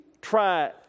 try